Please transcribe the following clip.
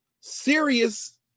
serious